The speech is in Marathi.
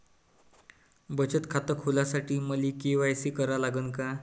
बचत खात खोलासाठी मले के.वाय.सी करा लागन का?